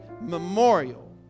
memorial